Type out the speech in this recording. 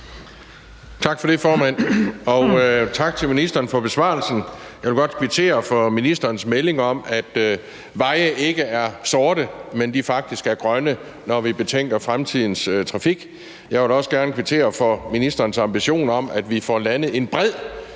Tak for det, formand, og tak til ministeren for besvarelsen. Jeg vil godt kvittere for ministerens melding om, at veje ikke er sorte, men at de faktisk er grønne, når vi betænker fremtidens trafik. Jeg vil da også gerne kvittere for ministerens ambition om, at vi får landet en bred